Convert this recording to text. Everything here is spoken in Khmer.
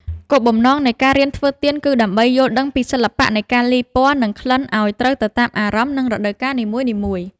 គោលបំណងនៃការរៀនធ្វើទៀនគឺដើម្បីយល់ដឹងពីសិល្បៈនៃការលាយពណ៌ និងក្លិនឱ្យត្រូវទៅតាមអារម្មណ៍ និងរដូវកាលនីមួយៗ។